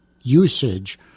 usage